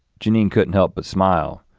jeanine couldn't help but smile,